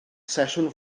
sesiwn